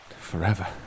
forever